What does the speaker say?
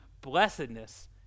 blessedness